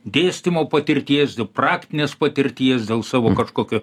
dėstymo patirties dėl praktinės patirties dėl savo kažkokio